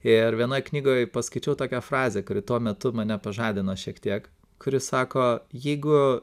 ir vienoj knygoj paskaičiau tokią frazę kuri tuo metu mane pažadino šiek tiek kuri sako jeigu